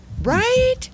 Right